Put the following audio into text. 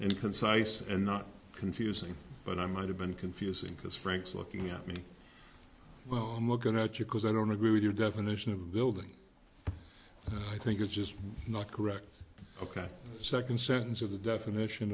and concise and not confusing but i might have been confusing because frank's looking at me oh i'm looking at you because i don't agree with your definition of building i think it's just not correct ok second sentence of the definition